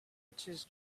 edges